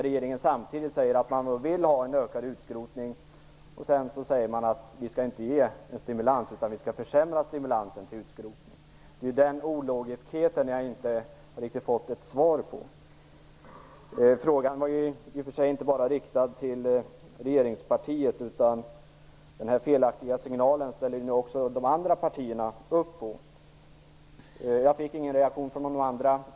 Regeringen säger att man vill ha en ökad utskrotning och samtidigt säger man att man inte skall ge någon stimulans, utan tvärtom försämra stimulansen till utskrotning. Det är denna ologiskhet jag inte riktigt har fått någon förklaring till. Frågan var i och för sig inte bara riktad till regeringspartiet. Även de andra partierna ställer ju upp på denna felaktiga signal. Jag fick dock ingen reaktion från de andra.